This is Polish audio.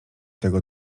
tego